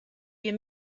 you